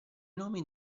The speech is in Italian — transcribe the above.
nomi